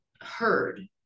heard